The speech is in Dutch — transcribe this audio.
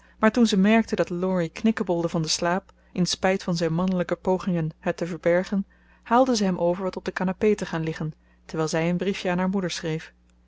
maar toen ze merkte dat laurie knikkebolde van den slaap in spijt van zijn mannelijke pogingen het te verbergen haalde ze hem over wat op de canapé te gaan liggen terwijl zij een briefje aan haar moeder schreef